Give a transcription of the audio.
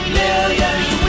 millions